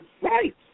Right